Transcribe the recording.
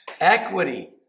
equity